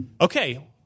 okay